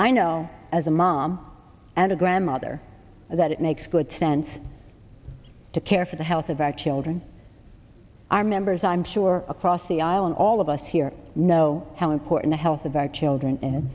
i know as a mom and a grandmother that it makes good sense to care for the health of our children our members i'm sure across the aisle and all of us here know how important the health of our children and